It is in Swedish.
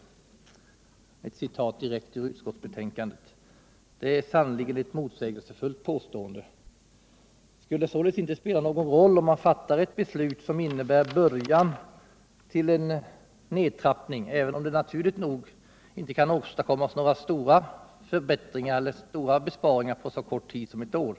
Detta är ett citat direkt ur utskottsbetänkandet. Det är sannerligen ett motsägelsefullt påstående. Skulle det således inte spela någon roll, om man fattar ett beslut som innebär början till en nedtrappning, även om det naturligt nog inte kan åstadkommas några stora besparingar på så kort tid som ett år?